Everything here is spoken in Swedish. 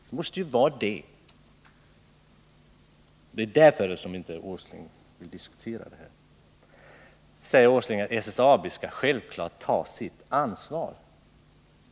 Det måste ju vara därför Nils Åsling inte vill diskutera det här. Nu säger Nils Åsling att SSAB självfallet skall ta sitt ansvar.